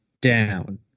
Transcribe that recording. down